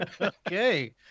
okay